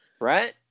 Right